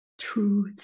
truth